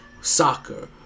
soccer